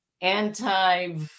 anti